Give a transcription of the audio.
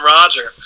Roger